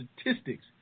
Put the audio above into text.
statistics